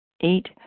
Eight